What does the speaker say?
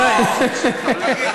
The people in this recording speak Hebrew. שסמוטריץ מרשה שירת נשים.